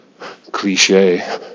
cliche